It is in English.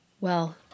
Well